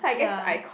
ya